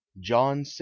John